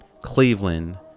Cleveland